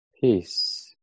Peace